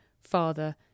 father